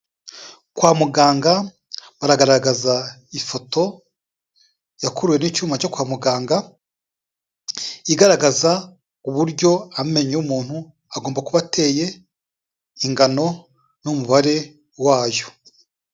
Kwa muganga baragaragaza ifoto yakuruwe n'icyuma cyo kwa muganga, igaragaza uburyo amenyo y'umuntu agomba kuba ateye, ingano n'umubare wayo.